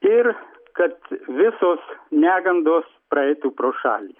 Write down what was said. ir kad visos negandos praeitų pro šalį